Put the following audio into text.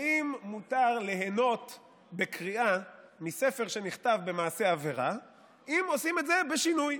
האם מותר ליהנות בקריאה מספר שנכתב במעשה עבירה אם עושים את זה בשינוי,